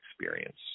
experience